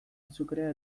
azukrea